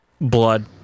blood